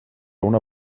una